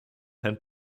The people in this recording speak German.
herrn